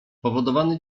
powodowany